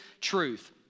truth